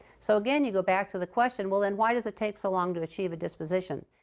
so again, you go back to the question, well then why does it take so long to achieve a disposition?